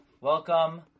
Welcome